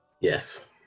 Yes